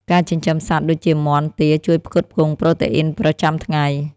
ការចិញ្ចឹមសត្វដូចជា មាន់ ទា ជួយផ្គត់ផ្គង់ប្រូតេអ៊ីនប្រចាំថ្ងៃ។